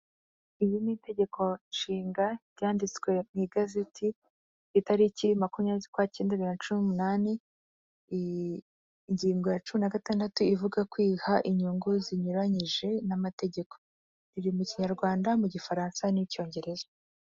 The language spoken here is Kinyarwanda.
Iri ni itegeko nshinga ryanditswe mu igazeti itariki makumyabiri z'ukwacyenda na cumi n'umunani ingingo ya cumi na gatandatu ivuga kwiha inyungu zinyuranyije n'amategeko, biri mu kinyarwanda mu gifaransa n'icyongereza.